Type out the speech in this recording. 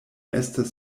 estas